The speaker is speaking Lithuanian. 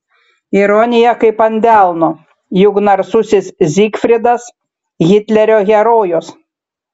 ironija kaip ant delno juk narsusis zygfridas hitlerio herojus